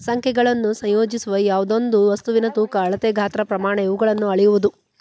ಸಂಖ್ಯೆಗಳನ್ನು ಸಂಯೋಜಿಸುವ ಯಾವ್ದೆಯೊಂದು ವಸ್ತುವಿನ ತೂಕ ಅಳತೆ ಗಾತ್ರ ಪ್ರಮಾಣ ಇವುಗಳನ್ನು ಅಳೆಯುವುದು